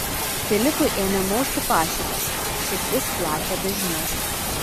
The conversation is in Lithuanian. filipui ėmė mausti paširdžius širdis plakė dažniau